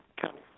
county